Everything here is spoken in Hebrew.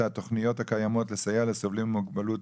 התוכניות הקיימות לסייע לסובלים ממוגבלות